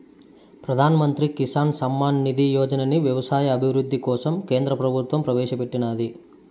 ప్రధాన్ మంత్రి కిసాన్ సమ్మాన్ నిధి యోజనని వ్యవసాయ అభివృద్ధి కోసం కేంద్ర ప్రభుత్వం ప్రవేశాపెట్టినాది